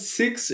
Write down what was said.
six